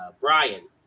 Brian